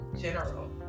general